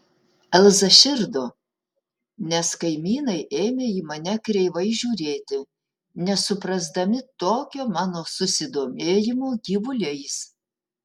elza širdo nes kaimynai ėmė į mane kreivai žiūrėti nesuprasdami tokio mano susidomėjimo gyvuliais